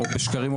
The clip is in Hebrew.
או בשקרים,